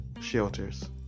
shelters